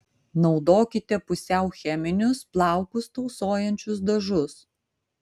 naudokite pusiau cheminius plaukus tausojančius dažus